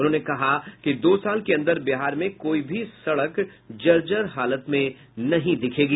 उन्होंने कहा कि दो साल के अंदर बिहार में कोई भी सड़क जर्जर हालत में नहीं दिखेगी